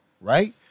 right